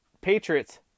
Patriots